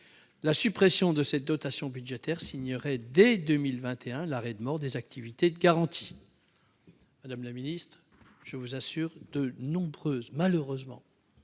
La suppression de cette dotation budgétaire signerait dès 2021 l'arrêt de mort des activités de garantie. Madame la secrétaire d'État, je vous assure que, malheureusement,